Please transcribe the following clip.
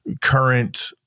current